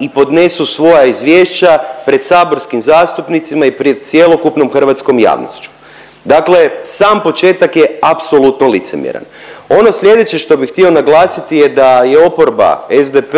i podnesu svoja izvješća pred saborskim zastupnicima i pred cjelokupnom hrvatskom javnošću, dakle sam početak je apsolutno licemjeran. Ono slijedeće što bi htio naglasiti je da je oporba SDP